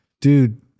Dude